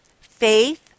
faith